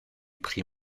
prix